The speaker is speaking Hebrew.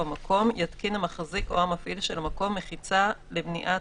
יתקין המחזיק או המפעיל מחיצה למניעת